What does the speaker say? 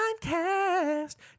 cast